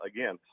Again